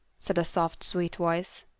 said a soft, sweet voice,